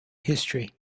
history